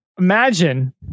Imagine